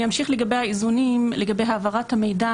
אני אמשיך לגבי האיזונים לגבי העברת המידע